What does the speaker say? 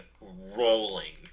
rolling